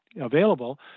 available